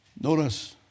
Notice